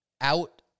out